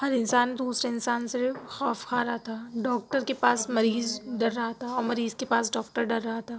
ہر انسان دوسرے انسان سے خوف کھا رہا تھا ڈاکٹر کے پاس مریض ڈر رہا تھا اور مریض کے پاس ڈاکٹر ڈر رہا تھا